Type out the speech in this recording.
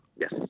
Yes